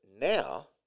now